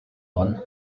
hwn